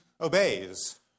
obeys